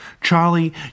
Charlie